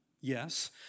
yes